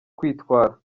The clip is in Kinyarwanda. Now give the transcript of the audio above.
kwitwara